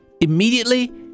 Immediately